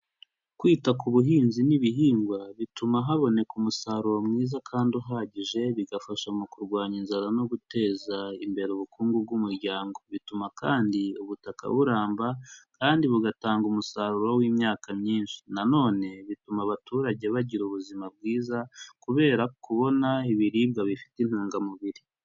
Kwita ku buhinzi n'ibihingwa, bituma haboneka umusaruro mwiza kandi uhagije, bigafasha mu kurwanya inzara no guteza imbere ubukungu bw'umuryango. Bituma kandi ubutaka buramba, kandi bugatanga umusaruro w'imyaka myinshi. Nanone bituma abaturage bagira ubuzima bwiza, kubera kubona ibiribwa bifite intungamubiri.